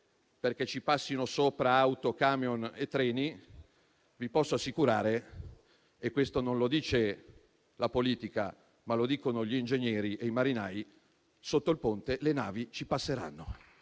affinché ci passino sopra auto, camion e treni. Vi posso assicurare - questo non lo dice la politica, ma lo dicono gli ingegneri e i marinai - che sotto il Ponte le navi ci passeranno